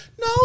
No